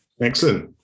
excellent